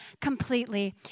completely